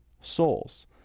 souls